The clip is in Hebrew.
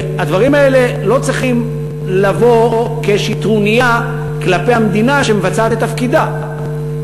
הדברים האלה לא צריכים לבוא כאיזו טרוניה כלפי המדינה שמבצעת את תפקידה,